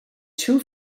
two